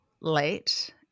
late